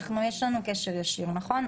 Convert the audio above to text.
יש לנו קשר ישיר, נכון?